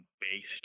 based